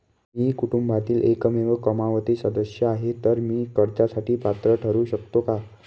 मी कुटुंबातील एकमेव कमावती सदस्य आहे, तर मी कर्जासाठी पात्र ठरु शकतो का?